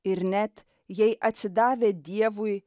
ir net jei atsidavę dievui